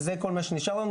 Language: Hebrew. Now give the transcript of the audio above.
זה כל מה שנשאר לנו.